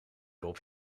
drop